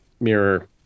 mirror